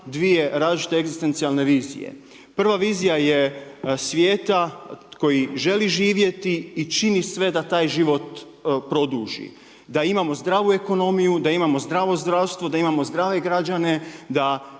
2 različite egzistencijalne vizije. Prva vizija je svijeta koji želi živjeti i čini sve da taj život produži. Da imamo zdravu ekonomiju, da imamo zdravo zdravstvo, da imamo zdrave građene,